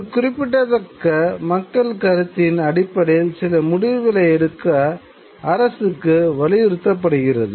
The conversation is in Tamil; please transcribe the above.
ஒரு குறிப்பிடதக்க மக்கள் கருத்தின் அடிப்படையில் சில முடிவுகளை எடுக்க அரசுக்கு வலியுறுத்தப்படுகிறது